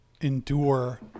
endure